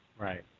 Right